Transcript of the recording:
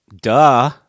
Duh